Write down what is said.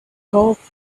golf